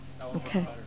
Okay